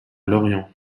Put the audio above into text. lorient